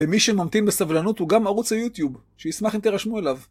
ומי שממתין בסבלנות הוא גם ערוץ היוטיוב, שישמח אם תרשמו אליו.